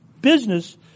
business